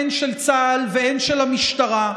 הן של צה"ל והן של המשטרה,